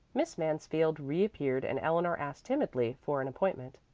miss mansfield reappeared and eleanor asked timidly for an appointment.